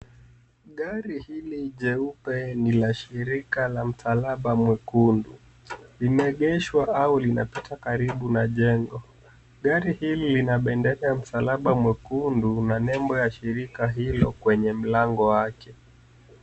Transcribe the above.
Gari hili jeupe ni la shirika la Msalaba Mwekundu. Limeegeshwa au linapita karibu na jengo. Gari hili lina bendera ya Msalaba Mwekundu na nembo ya shirika hilo kwenye mlango wake.